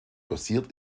dosiert